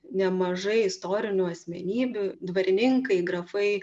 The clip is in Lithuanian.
nemažai istorinių asmenybių dvarininkai grafai